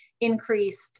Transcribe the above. increased